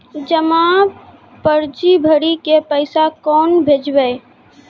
जमा पर्ची भरी के पैसा केना भेजबे?